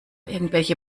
irgendwelche